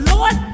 Lord